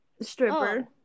stripper